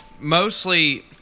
Mostly